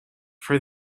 for